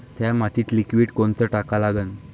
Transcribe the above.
थ्या मातीत लिक्विड कोनचं टाका लागन?